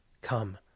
Come